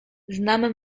znam